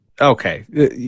Okay